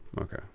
Okay